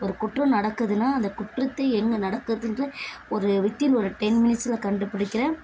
ஒரு குற்றம் நடக்குதுனா அந்த குற்றத்தை எங்கே நடக்குதுன்ற ஒரு வித் இன் ஒரு டென் மினிட்ஸில் கண்டுபிடிக்கிறேன்